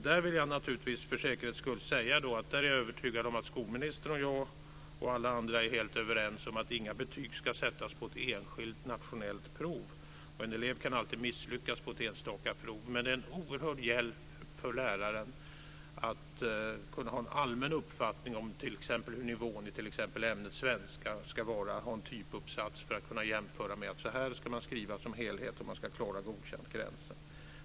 Där vill jag för säkerhets skull säga att jag är övertygad om att skolministern och jag, och alla andra, är helt överens om att inga betyg ska sättas på ett enskilt nationellt prov. En elev kan alltid misslyckas på ett enstaka prov. Men det är en oerhörd hjälp för läraren att kunna ha en allmän uppfattning om hur nivån i t.ex. ämnet svenska ska vara, att ha en typuppsats för att kunna jämföra hur man ska skriva som helhet om man ska klara godkäntgränsen.